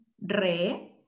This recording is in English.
re